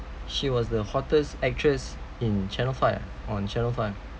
she was the hottest actress in channel five uh on channel five